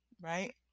right